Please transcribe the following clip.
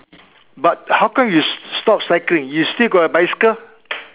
but how come you s~ stop cycling you still got a bicycle